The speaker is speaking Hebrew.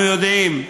אנחנו יודעים.